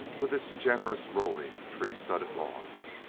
with its generous, rolling, tree-studded lawns.